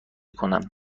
کنم